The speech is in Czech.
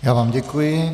Já vám děkuji.